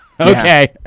Okay